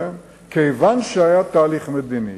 כיוון שהיה תהליך מדיני,